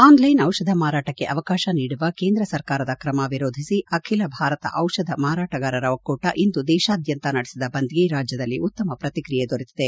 online ದಿಷಧ ಮಾರಾಟಕ್ಕೆ ಅವಕಾಶ ನೀಡುವ ಕೇಂದ್ರಸರ್ಕಾರದ ಕ್ರಮ ವಿರೋಧಿಸಿ ಅಖಿಲ ಭಾರತ ದಿಷಧ ಮಾರಾಟಗಾರರ ಒಕ್ಕೂಟ ಇಂದು ದೇಶಾದ್ಯಂತ ನಡೆಸಿದ ಬಂದ್ಗೆ ರಾಜ್ಯದಲ್ಲಿ ಉತ್ತಮ ಪ್ರತಿಕ್ರಿಯೆ ದೊರೆತಿದೆ